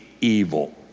evil